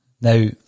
Now